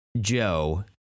Joe